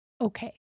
okay